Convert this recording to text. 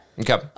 Okay